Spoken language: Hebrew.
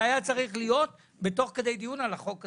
זה היה צריך להיות תוך כדי דיון על החוק עצמו,